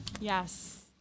Yes